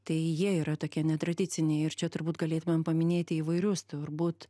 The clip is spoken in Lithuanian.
tai jie yra tokie netradiciniai ir čia turbūt galėtumėm paminėti įvairius turbūt